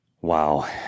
Wow